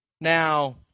Now